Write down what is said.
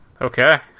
Okay